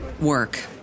work